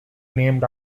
named